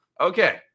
Okay